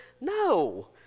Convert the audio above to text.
No